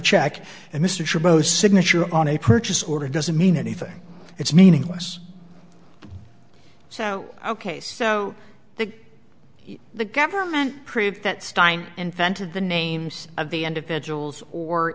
check and mr chabot signature on a purchase order doesn't mean anything it's meaningless so ok so the the government proved that stein invented the names of the individuals or